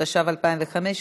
התשע"ו,2015,